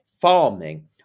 farming